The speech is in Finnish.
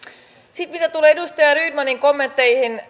sitten mitä tulee edustaja rydmanin kommentteihin